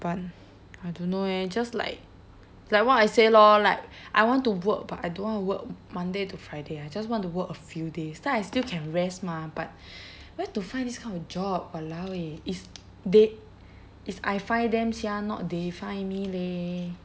but I don't know eh just like like what I say lor like I want to work but I don't want to work monday to friday I just want to work a few days then I still can rest mah but where to find this kind of job !walao! eh if they it's I find them sia not they find me leh